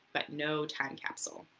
but no time capsule.